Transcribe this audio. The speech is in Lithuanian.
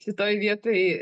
šitoj vietoj